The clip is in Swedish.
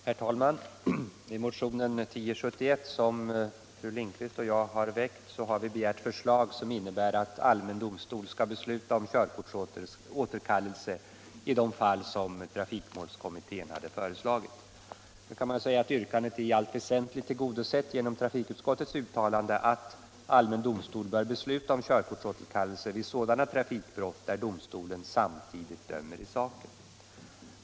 Herr talman! I motionen 1071, som fru Lindquist och jag har väckt, har vi begärt förslag innebärande att allmän domstol skall besluta om körkortsåterkallelse i de fall trafikmålskommittén hade föreslagit. Yrkandet är i allt väsentligt tillgodosett genom trafikutskottets uttalande att allmän domstol bör besluta om körkortsåterkallelse vid sådana trafikbrott där domstolen samtidigt dömer i saken.